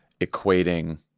equating